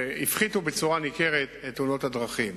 והפחיתו במידה ניכרת את תאונות הדרכים.